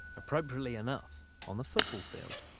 appropriately enough, on the football field.